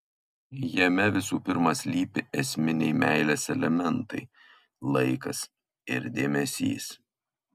jame visų pirma slypi esminiai meilės elementai laikas ir dėmesys